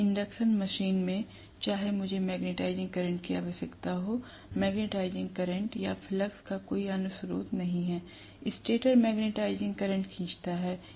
एक induction machine में चाहे मुझे मैग्नेटाइजिंग करंट की आवश्यकता हो मैग्नेटाइजिंग करंट या फ्लक्स का कोई अन्य स्रोत नहीं है स्टेटर मैग्नेटाइजिंग करंट खींचता है